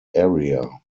area